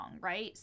right